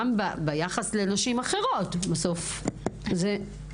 גם ביחס לנשים אחרות בסוף זה משהו אחר.